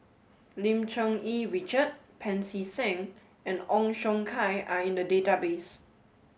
Lim Cherng Yih Richard Pancy Seng and Ong Siong Kai are in the database